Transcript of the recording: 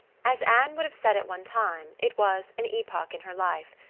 as anne would have said at one time, it was an epoch in her life,